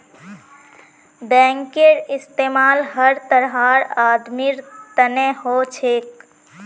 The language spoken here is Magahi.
बैंकेर इस्तमाल हर तरहर आदमीर तने हो छेक